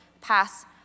pass